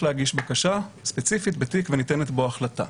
להגיש בקשה ספציפית בתיק וניתנת בו החלטה.